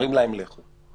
אומרים להם: לכו.